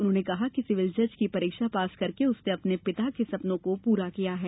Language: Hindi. उन्होंने कहा कि सिविल जज की परीक्षा पास करके उसने अपने पिता के सपनो को पूरा किया है